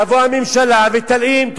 תבוא הממשלה ותלאים.